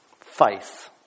faith